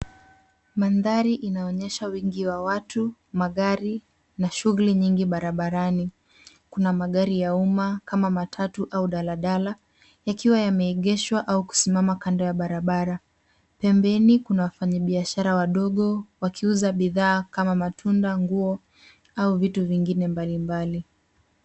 Mandhari inaonyesha wingi wa watu, magari na shughuli nyingi barabarani. Kuna magari ya umma kama matatu au daladala ikiwa imeegeshwa au kusimama kando ya barabara. Pembeni kuna wafanyibiashara wa barabara wadogo wakiuza bidhaa matunda, nguo au vitu vingine mbalimbali.